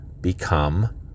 become